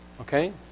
okay